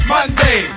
Monday